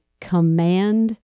command